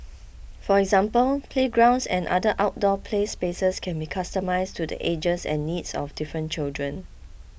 for example playgrounds and other outdoor play spaces can be customised to the ages and needs of different children